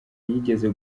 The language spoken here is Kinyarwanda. yigeze